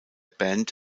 band